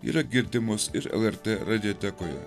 yra girdimos ir lrt radiotekoje